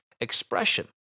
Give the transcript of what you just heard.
expression